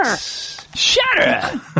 Shatter